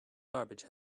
garbage